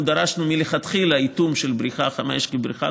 אנחנו דרשנו מלכתחילה איטום של בריכה 5 כבריכה